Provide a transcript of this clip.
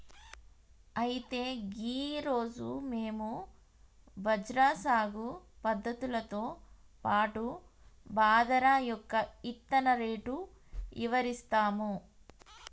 అయితే గీ రోజు మేము బజ్రా సాగు పద్ధతులతో పాటు బాదరా యొక్క ఇత్తన రేటు ఇవరిస్తాము